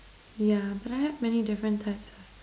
yeah but I had many different types